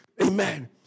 Amen